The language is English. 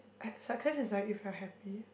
ha~ success is like if you are happy